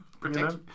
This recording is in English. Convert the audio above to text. Protect